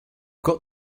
got